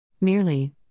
Merely